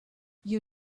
you